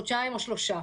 חודשיים או שלושה.